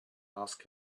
ask